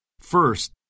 First